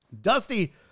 Dusty